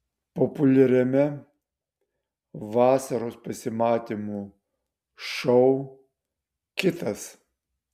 populiariame vasaros pasimatymų šou kitas